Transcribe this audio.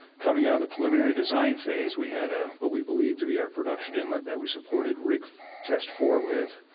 coming out of the preliminary design phase, we had ah what we believe to be our production inlet that we supported rig test four with.